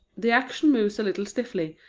the action moves a little stiffly,